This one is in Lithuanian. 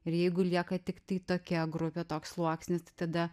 ir jeigu lieka tiktai tokia grupė toks sluoksnis tada